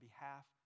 behalf